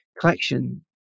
collection